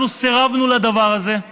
אנחנו סירבנו לדבר הזה.